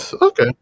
Okay